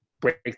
break